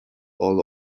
all